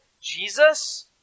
Jesus